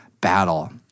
battle